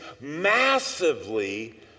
massively